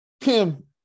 Kim